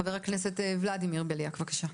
חבר הכנסת ולדימיר בליאק, בבקשה.